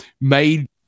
made